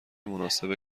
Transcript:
مناسب